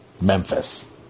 Memphis